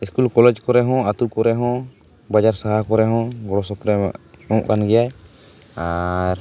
school college ᱠᱚᱨᱮ ᱦᱚᱸ ᱟᱛᱳ ᱠᱚᱨᱮ ᱦᱚᱸ ᱵᱟᱡᱟᱨ ᱥᱟᱦᱟᱨ ᱠᱚᱨᱮ ᱦᱚᱸ ᱜᱚᱲᱚ ᱥᱚᱯᱚᱦᱚᱫ ᱮᱢᱚᱜ ᱠᱟᱱ ᱜᱮᱭᱟᱭ ᱟᱨ